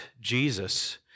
Jesus